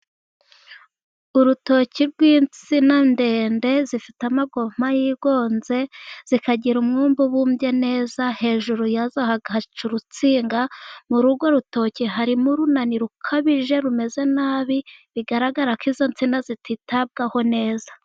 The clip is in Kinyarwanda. Urutoki rw'insina ndende zifite amakoma yigonze, zikagira umubumba ubumbye neza. Hejuru yazo haca urutsinga, muri urwo urutoke harimo urunani rukabije rumeze nabi, bigaragara ko izo nsina zititabwaho neza.